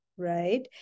Right